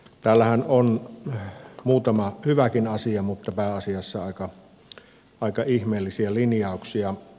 täällähän on muutama hyväkin asia mutta pääasiassa aika ihmeellisiä linjauksia